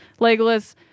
Legolas